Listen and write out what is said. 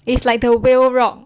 it's like the whale rock